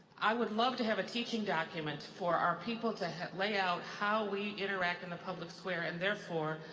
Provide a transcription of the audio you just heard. i would love to have a teaching document for our people to lay out how we interact in the public square, and therefore,